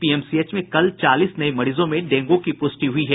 PMCH में कल चालीस नये मरीजों में डेंगू की प्रष्टि हुई है